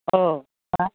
अ दा